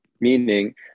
Meaning